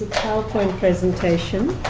powerpoint presentation.